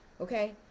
Okay